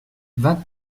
vingt